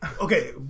okay